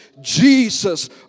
Jesus